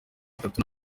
itatu